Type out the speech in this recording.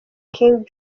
king